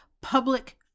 public